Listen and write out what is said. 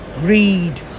Greed